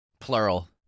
plural